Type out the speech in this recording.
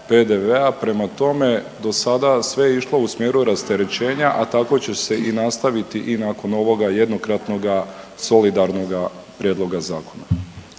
PDV-a. Prema tome, do sada sve je išlo u smjeru rasterećenja, a tako će se i nastaviti i nakon ovoga jednokratnoga solidarnoga prijedloga zakona.